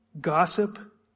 gossip